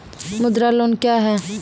मुद्रा लोन क्या हैं?